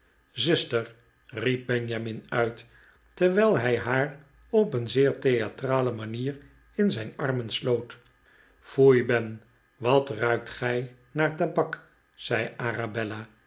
zuster riep benjamin uit terwijl hij haar op een zeer theatrale manier in zijn armen sloot foei ben wat ruikt gij naar tabak zei